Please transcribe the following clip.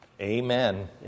Amen